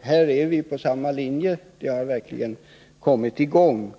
Här är vi på samma linje, och arbetet har verkligen kommit i gång.